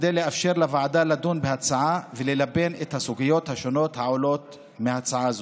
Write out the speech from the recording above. כדי לאפשר לוועדה לדון בהצעה וללבן את הסוגיות השונות העולות מהצעה זו.